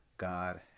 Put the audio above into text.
God